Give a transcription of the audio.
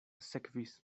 sekvis